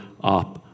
up